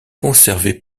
conservé